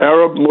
Arab